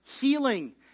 healing